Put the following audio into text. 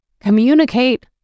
communicate